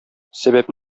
сәбәп